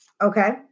Okay